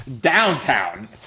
Downtown